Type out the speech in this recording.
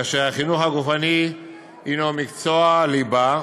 שכן חינוך גופני הוא מקצוע ליבה וחובה.